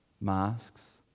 masks